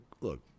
look